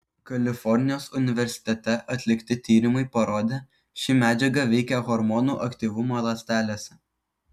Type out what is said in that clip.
kalifornijos universitete atlikti tyrimai parodė ši medžiaga veikia hormonų aktyvumą ląstelėse